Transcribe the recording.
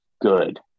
good